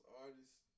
artists